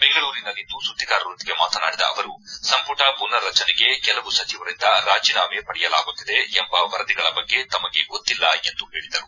ಬೆಂಗಳೂರಿನಲ್ಲಿಂದು ಸುದ್ದಿಗಾರರೊಂದಿಗೆ ಮಾತನಾಡಿದ ಅವರು ಸಂಪುಟ ಪುನರ್ ರಚನೆಗೆ ಕೆಲವು ಸಚಿವರಿಂದ ರಾಜೀನಾಮೆ ಪಡೆಯಲಾಗುತ್ತಿದೆ ಎಂಬ ವರದಿಗಳ ಬಗ್ಗೆ ತಮಗೆ ಗೊತ್ತಿಲ್ಲ ಎಂದು ಹೇಳಿದರು